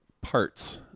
parts